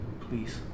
please